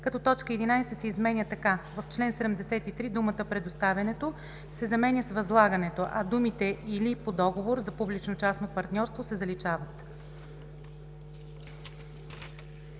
като т. 11 се изменя така: „11. в чл. 73 думата „предоставянето“ се заменя с „възлагането“, а думите „или по договор за публично частно партньорство“ се заличават.“